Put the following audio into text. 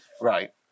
Right